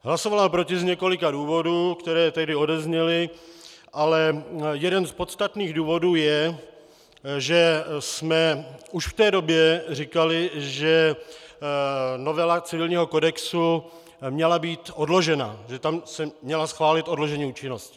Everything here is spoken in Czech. Hlasovala proti z několika důvodů, které tehdy odezněly, ale jeden z podstatných důvodů je, že jsme už v té době říkali, že novela civilního kodexu měla být odložena, že se mělo schválit odložení účinnosti.